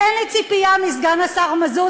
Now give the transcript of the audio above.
אין לי ציפייה מסגן השר מזוז.